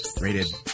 rated